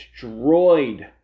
destroyed